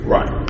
Right